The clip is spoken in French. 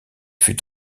fut